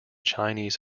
chinese